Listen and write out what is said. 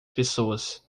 pessoas